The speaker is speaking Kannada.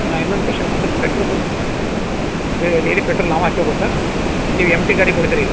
ಹಾಂ ಇನ್ನೊಂದು ಕ್ವಷನ್ ಅದಕ್ಕೆ ಪೆಟ್ರೋಲು ಡೇಲಿ ಪೆಟ್ರೋಲ್ ನಾವೇ ಹಾಕೋ ಬೇಕಾ ನೀವು ಎಮ್ಟಿ ಗಾಡಿ ಕೊಡ್ತೀರಿ